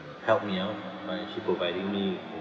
help me out by actually providing me